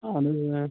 اہن حظ اۭں